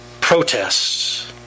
protests